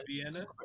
vienna